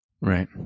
Right